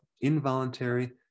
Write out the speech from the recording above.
involuntary